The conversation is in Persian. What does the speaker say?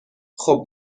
خوب